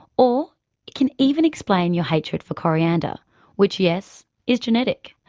or it can even explain your hatred for coriander which, yes, is genetic.